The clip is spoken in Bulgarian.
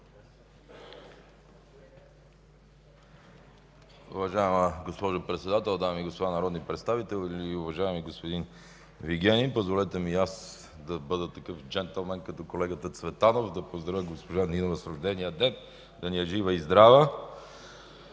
Уважаема госпожо Председател, дами и господа народни представители! Уважаеми господин Вигенин, позволете ми и аз да бъда такъв джентълмен като колегата Цветанов, да поздравя госпожа Нинова с рождения й ден – да ни е жива и здрава,